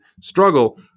struggle